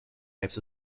types